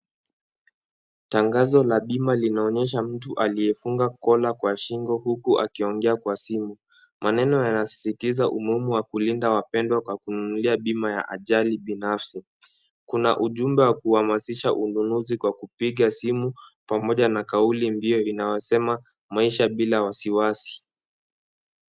Tangazo la bima linaonesha mtu aliyefunga kola kwa shingo huku akiongea kwa simu. Maneno yanasisitiza umuhimu wa kulinda wapendwa kwa kununulia bima ya ajali binafsi. Kuna ujumbe wa kuhamasisha ununuzi kwa kupiga simu pamoja na kauli mbinu inayosema "maisha bila wasiwasi".